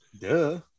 Duh